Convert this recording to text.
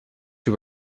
you